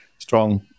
strong